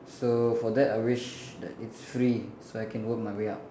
so for that I wish that it's free so I can work my way up